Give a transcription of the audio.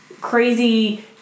crazy